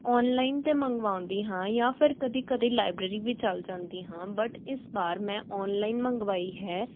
online 'ਤੇ ਮੰਗਵਾਉਂਦੀ ਹਾਂ ਜਾਂ ਫਿਰ ਕਦੀ ਕਦੀ ਲਾਈਬ੍ਰੇਰੀ ਵੀ ਚੱਲ ਜਾਂਦੀ ਹਾਂ ਬਟ ਇਸ ਵਾਰ ਮੈਂ ਔਨਲਾਈਨ ਮੰਗਵਾਈ ਹੈ